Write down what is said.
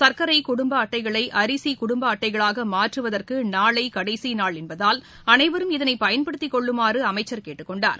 சர்க்கரை குடும்ப அட்டைகளை அரிசி குடும்ப அட்டைகளாக மாற்றுவதற்கு நாளை களடசி நாள் என்பதால் அனைவரும் இதனை பயன்படுத்திக் கொள்ளுமாறு அமைச்சர் கேட்டுக் கொண்டார்